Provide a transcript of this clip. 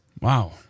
Wow